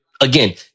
again